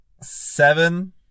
seven